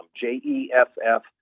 J-E-F-F